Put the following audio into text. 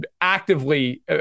actively